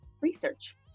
research